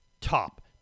Top